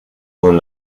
con